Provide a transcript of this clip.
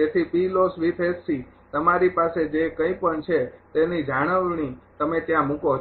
તેથી તમારી પાસે જે કંઈપણ છે તેની જાળવણી તમે ત્યાં મૂકો છો